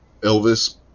Elvis